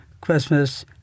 Christmas